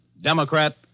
Democrat